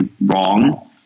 wrong